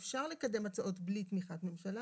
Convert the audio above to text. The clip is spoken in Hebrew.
אפשר לקדם הצעות בלי תמיכת ממשלה.